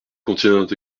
contient